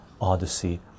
Odyssey